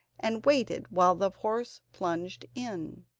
and waited while the horse plunged in.